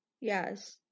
Yes